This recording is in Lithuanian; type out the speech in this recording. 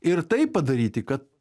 ir taip padaryti kad